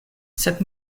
sed